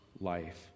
life